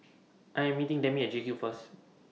I Am meeting Demi At JCube First